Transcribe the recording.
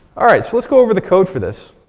all right, so let's go over the code for this.